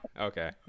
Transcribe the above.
okay